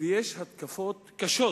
ויש התקפות קשות